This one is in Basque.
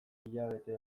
hilabete